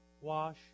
wash